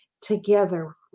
together